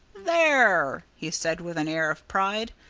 there! he said with an air of pride.